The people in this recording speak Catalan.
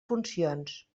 funcions